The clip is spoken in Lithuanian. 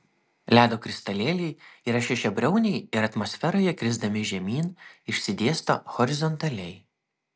ledo kristalėliai yra šešiabriauniai ir atmosferoje krisdami žemyn išsidėsto horizontaliai